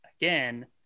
again